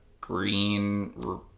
green